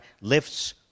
lifts